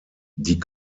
die